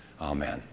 Amen